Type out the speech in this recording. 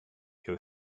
your